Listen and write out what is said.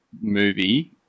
movie